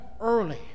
early